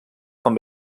con